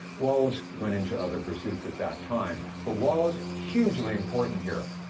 wallace went into other pursuits at that time, but wallace hugely important here.